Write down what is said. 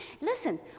Listen